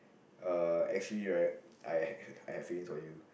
uh actually right I I have feelings for you